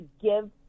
give